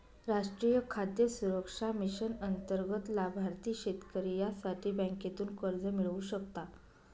राष्ट्रीय खाद्य सुरक्षा मिशन अंतर्गत लाभार्थी शेतकरी यासाठी बँकेतून कर्ज मिळवू शकता